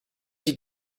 die